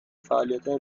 فعالیتهای